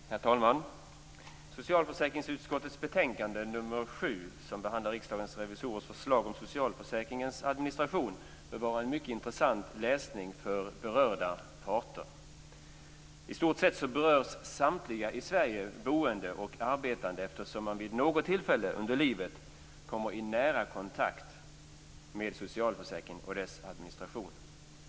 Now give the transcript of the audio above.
Herr talman! Socialförsäkringsutskottets betänkande nr 7, som behandlar Riksdagens revisorers förslag om socialförsäkringens administration, bör vara en mycket intressant läsning för berörda parter. I stort sett berörs samtliga i Sverige boende och arbetande eftersom alla vid något tillfälle under livet kommer i nära kontakt med socialförsäkringen och dess administration.